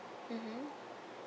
mmhmm